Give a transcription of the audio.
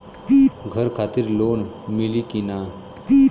घर खातिर लोन मिली कि ना?